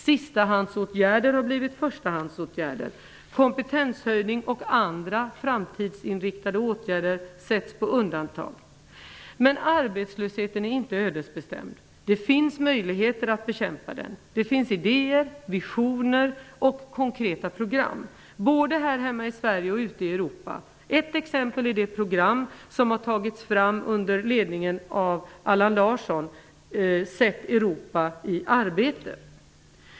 Sistahandsåtgärder har blivit förstahandsåtgärder. Kompetenshöjning och andra framtidsinriktade åtgärder sätts på undantag. Men arbetslösheten är inte ödesbestämd. Det finns möjligheter att bekämpa den. Det finns idéer, visioner och konkreta program, både här hemma och ute i Europa. Ett exempel på det är det program som tagits fram av bl.a. Allan Larsson om att sätta Europa i arbete.